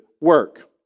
work